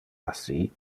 assi